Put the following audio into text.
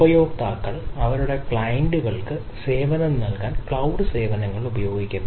ഉപയോക്താക്കൾ അവരുടെ ക്ലയന്റുകൾക്ക് സേവനം നൽകാൻ ക്ലൌഡ് സേവനങ്ങൾ ഉപയോഗിക്കുന്നു